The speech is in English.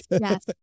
yes